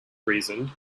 reasoned